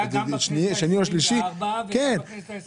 זה היה גם בכנסת ה-24 וגם בכנסת ה-25.